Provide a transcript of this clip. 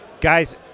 Guys